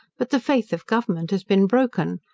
but the faith of government has been broken,